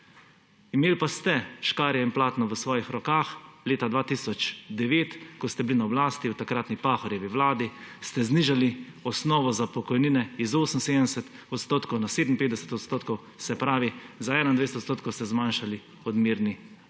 Imeli pa ste škarje in platno v svojih rokah leta 2009. Ko ste bili na oblasti v takratni Pahorjevi vladi, ste znižali osnovo za pokojnine z 78 % na 57 %, se pravi za 21 % ste zmanjšali odmerni odstotek.